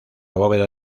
bóveda